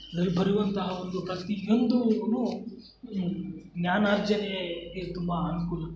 ಇದ್ರಲ್ಲಿ ಬರೆಯುವಂತಹ ಒಂದು ಪ್ರತಿಯೊಂದುನೂ ಜ್ಞಾನಾರ್ಜನೇಗೆ ತುಂಬ ಅನುಕೂಲ